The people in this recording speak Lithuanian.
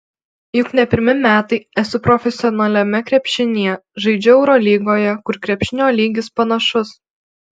juk ne pirmi metai esu profesionaliame krepšinyje žaidžiu eurolygoje kur krepšinio lygis panašus